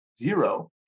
Zero